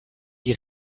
die